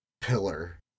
pillar